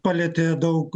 palietė daug